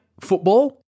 Football